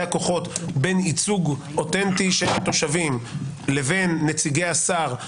הכוחות בין ייצוג אותנטי של התושבים לבין נציגי השר,